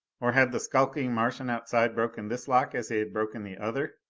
or had the skulking martian outside broken this lock as he had broken the other?